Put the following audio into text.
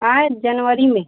अएँ जनवरी में